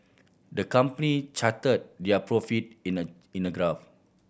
the company charted their profit in a in a graph